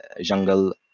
jungle